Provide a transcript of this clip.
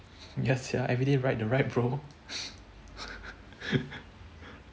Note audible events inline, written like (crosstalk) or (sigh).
ya sia everyday ride the ride bro (laughs)